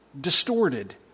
distorted